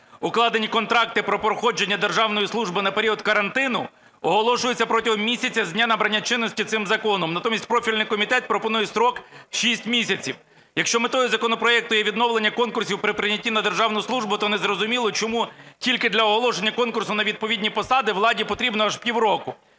укладені контракти про проходження державної служби на період карантину, оголошуються протягом місяця з дня набрання чинності цим законом. Натомість профільний комітет пропонує строк 6 місяців. Якщо метою законопроекту є відновлення конкурсів при прийнятті на державну службу, то не зрозуміло, чому тільки оголошення конкурсу на відповідні посади владі потрібно аж півроку.